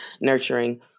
nurturing